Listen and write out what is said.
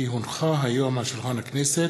כי הונחו היום על שולחן הכנסת,